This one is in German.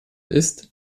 ist